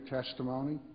testimony